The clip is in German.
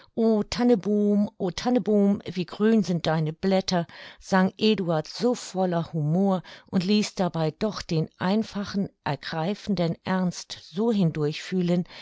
wie grün sind deine blätter sang eduard so voller humor und ließ dabei doch den einfachen ergreifenden ernst so hindurch fühlen